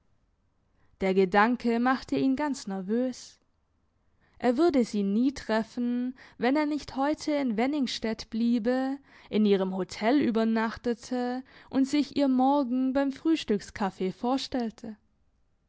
der gedanke machte ihn ganz nervös er würde sie nie treffen wenn er nicht heute in wenningstedt bliebe in ihrem hotel übernachtete und sich ihr morgen beim frühstückskaffee vorstellte